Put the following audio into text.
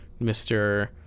Mr